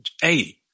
hey